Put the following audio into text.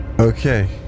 Okay